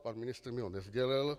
Pan ministr mi ho nesdělil.